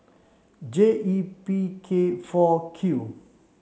J E P K four Q